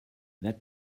that